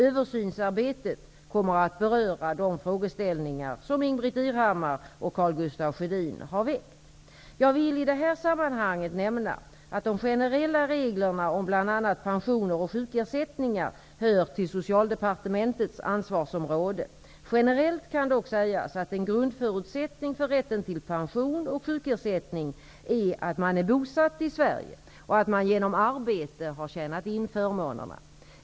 Översynsarbetet kommer att beröra de frågeställningar som Ingbritt Irhammar och Karl Gustaf Sjödin har väckt. Jag vill i det här sammanhanget nämna att de generella lagreglerna om bl.a. pensioner och sjukersättningar hör till Socialdepartementets ansvarsområde. Generellt kan dock sägas att en grundförutsättning för rätten till pension och sjukersättning är att man är bosatt i Sverige och att man genom arbete har tjänat in förmånerna.